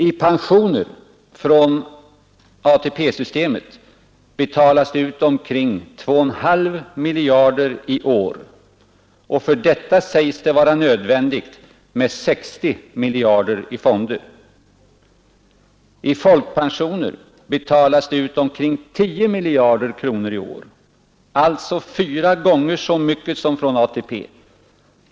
I pensioner från ATP-systemet betalas det i år ut omkring 2,5 miljarder. För detta sägs det vara nödvändigt med 60 miljarder i fonder. I folkpensioner betalas det i år ut omkring 10 miljarder kronor, alltså fyra gånger så mycket som från AP-fonderna.